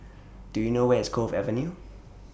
Do YOU know Where IS Cove Avenue